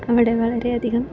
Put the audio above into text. അവിടെ വളരെ അധികം